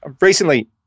recently